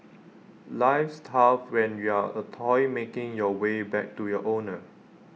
life's tough when you're A toy making your way back to your owner